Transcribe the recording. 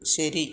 ശരി